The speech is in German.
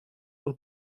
und